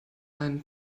einen